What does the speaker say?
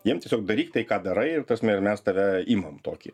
jiem tiesiog daryk tai ką darai ir ta prasme ir mes tave imam tokį